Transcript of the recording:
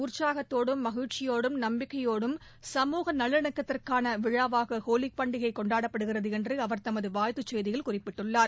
உற்சாகத்தோடும் மகிழ்ச்சியோடும் நம்பிக்கையோடும் சமூக நல்லிணக்கத்திற்கான விழாவாக ஹோலி பண்டிகை கொண்டாடப்படுகிறது என்று அவர் தமது வாழ்த்துச் செய்தியில் குறிப்பிட்டுள்ளார்